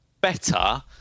better